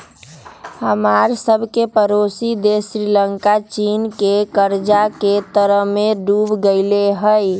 हमरा सभके पड़ोसी देश श्रीलंका चीन के कर्जा के तरमें डूब गेल हइ